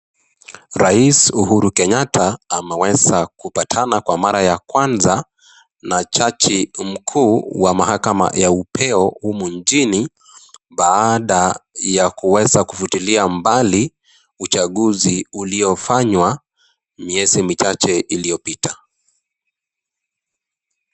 Rais Uhuru Kenyatta ameweza kupatana kwa mara ya kwanza na jaji mkuu wa mahakama ya upeo humu nchini, baada ya kuweza kuvutilia mbali uchaguzi uliofanywa miezi michache iliyopita.